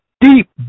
deep